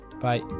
Bye